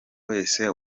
wese